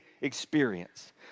experience